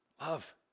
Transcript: love